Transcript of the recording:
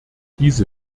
diese